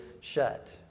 shut